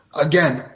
again